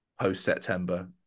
post-September